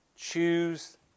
Choose